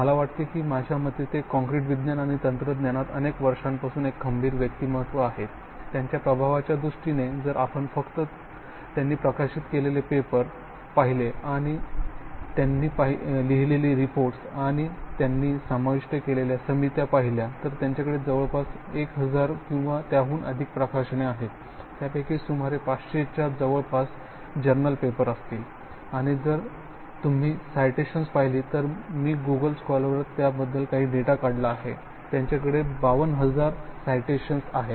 मला वाटते की माझ्या मते ते काँक्रीट विज्ञान आणि तंत्रज्ञानात अनेक वर्षांपासून एक खंबीर व्यक्तिमहत्व आहेत त्यांच्या प्रभावाच्या दृष्टीने जर आपण फक्त त्यांनी प्रकाशित केलेले पेपर पाहिले त्यांनी लिहिलेले रेपोर्ट्स आणि त्यांनी समाविस्ट केलेल्या समित्या पहिल्या तर त्यांच्याकडे जवळपास 1000 किंवा त्याहून अधिक प्रकाशने आहेत त्यापैकी सुमारे 500 च्या जवळपास जर्नल पेपर असतील आणि जर तुम्ही सायटेशन्स पाहिली तर मी गुगल स्कॉलरवर त्याबद्दल काही डेटा काढला आहे त्यांच्याकडे 52000 सायटेशन्स आहेत